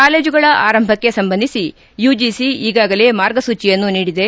ಕಾಲೇಜುಗಳ ಆರಂಭಕ್ಕೆ ಸಂಬಂಧಿಸಿ ಯುಜಿಸಿ ಈಗಾಗಲೇ ಮಾರ್ಗಸೂಚಿಯನ್ನು ನೀಡಿದೆ